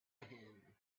him